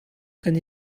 kan